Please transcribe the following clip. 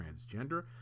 transgender